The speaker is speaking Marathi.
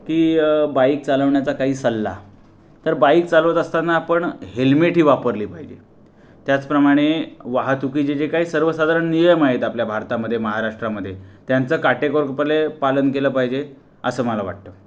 की बाईक चालवण्याचा काही सल्ला तर बाईक चालवत असताना आपण हेल्मेटही वापरले पाहिजे त्याचप्रमाणे वाहतुकीचे जे काही सर्वसाधारण नियम आहेत आपल्या भारतामध्ये महाराष्ट्रामध्ये त्यांचं काटेकोरपले पालन केलं पाहिजे असं मला वाटतं